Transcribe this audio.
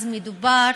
אז מדובר